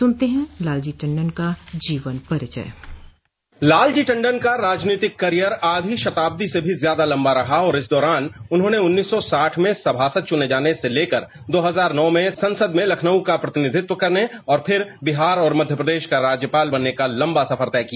सुनते हैं लालजी टण्डन का जीवन परिचय लालजी टंडन का राजनीतिक करियर आधी शताब्दी से भी ज्यादा लंबा रहा और इस दौरान उन्होंने उन्नीस सौ साठ में सभासद चुने जाने से लेकर दो हजार नौ में संसद में लखनऊ का प्रतिनिधित्व करने और ॅफिर बिहार और मध्य प्रदेश का राज्यपाल बनने का लंबा सफर तय किया